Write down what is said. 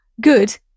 Good